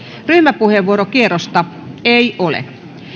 ryhmäpuheenvuorokierrosta ei ole